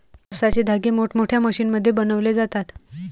कापसाचे धागे मोठमोठ्या मशीनमध्ये बनवले जातात